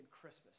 Christmas